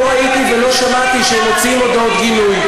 לא ראיתי ולא שמעתי שהם מוציאים הודעות גינוי.